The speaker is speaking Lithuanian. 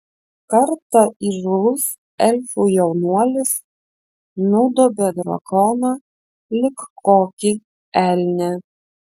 kartą įžūlus elfų jaunuolis nudobė drakoną lyg kokį elnią